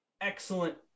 excellent